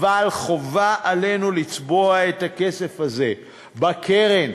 אבל חובה עלינו לצבוע את הכסף הזה בקרן,